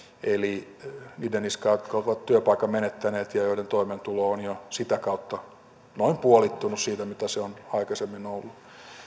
eli niiden niskaan jotka ovat työpaikan menettäneet ja joiden toimeentulo on jo sitä kautta noin puolittunut siitä mitä se on aikaisemmin ollut